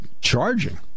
Charging